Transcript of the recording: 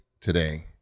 today